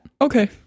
okay